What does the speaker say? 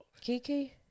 kiki